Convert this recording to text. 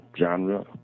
genre